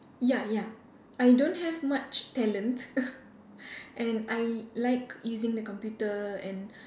ya ya I don't have much talent and I like using the computer and